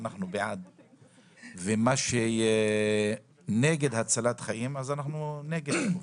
ונגד מה שנגד הצלת חיים כמובן.